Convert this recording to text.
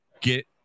Get